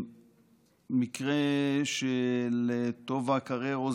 המקרה של טובה קררו,